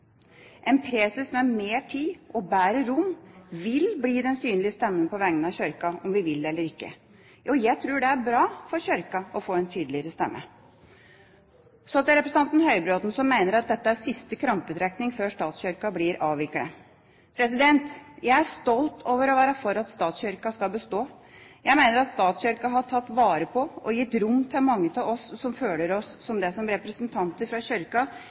En preses med mer tid og bedre rom vil bli den synlige stemmen på vegne av Kirka, om vi vil det eller ikke. Jeg tror det er bra for Kirka å få en tydeligere stemme. Så til representanten Høybråten, som mener at dette er siste krampetrekning før statskirka blir avviklet. Jeg er stolt over å være for at statskirka skal bestå. Jeg mener at statskirka har tatt vare på og gitt rom til mange av oss som føler oss som det som representanter fra Kirka